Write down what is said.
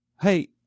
Hey